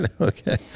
Okay